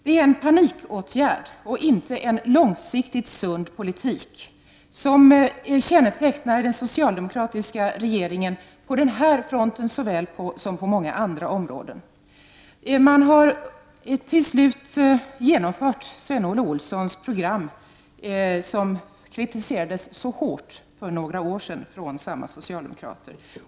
Det är en panikåtgärd och inte en långsiktigt sund politik som kännetecknar den socialdemokratiska regeringen på den här fronten såväl som på många andra områden. Man har till slut genomfört programmet från Sven-Olle Olsson i Sjöbo, som kritiserades så hårt för några år sedan av samma socialdemokrater.